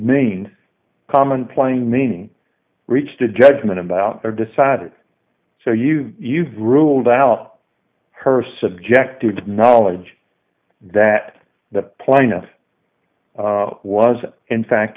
named common plain meaning reached a judgment about their decided so you you've ruled out her subjective knowledge that the plaintiff was in fact